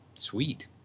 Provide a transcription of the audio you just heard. Sweet